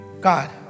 God